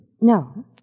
No